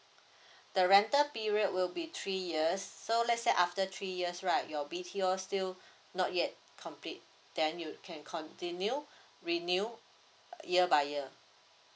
the rental period will be three years so let's say after three years right your B_T_O still not yet compete then you can continue renew year by year